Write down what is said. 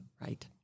Right